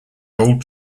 old